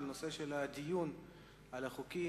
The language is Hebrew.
הנושא של הדיון על החוקים,